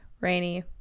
rainy